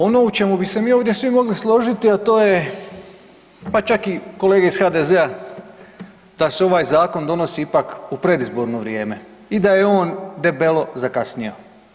Ono u čemu bi se mi ovdje svi mogli složiti, a to je, pa čak i kolege iz HDZ-a, da se ovaj zakon donosi ipak u predizborno vrijeme i da je on debelo zakasnio.